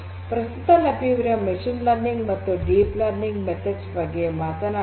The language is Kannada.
ಪ್ರಸ್ತುತ ಲಭ್ಯವಿರುವ ಮಷೀನ್ ಲರ್ನಿಂಗ್ ಮತ್ತು ಡೀಪ್ ಲರ್ನಿಂಗ್ ಮೆಥಡ್ಸ್ ಬಗ್ಗೆ ಮಾತನಾಡಿದೆವು